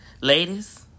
Ladies